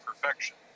perfection